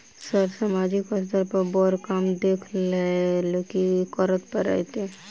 Sir सामाजिक स्तर पर बर काम देख लैलकी करऽ परतै?